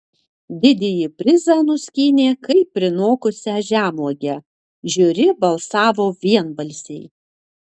didįjį prizą nuskynė kaip prinokusią žemuogę žiūri balsavo vienbalsiai